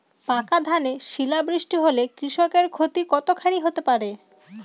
পাকা ধানে শিলা বৃষ্টি হলে কৃষকের ক্ষতি কতখানি হতে পারে?